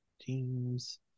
Teams